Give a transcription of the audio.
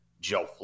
Joe